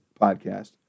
podcast